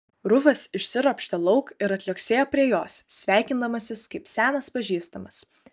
rufas išsiropštė lauk ir atliuoksėjo prie jos sveikindamasis kaip senas pažįstamas